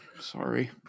Sorry